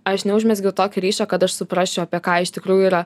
aš neužmezgiau tokio ryšio kad aš suprasčiau apie ką iš tikrųjų yra